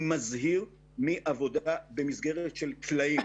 לקביעת דרגת הנכות,